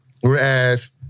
whereas